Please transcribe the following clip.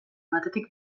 batetik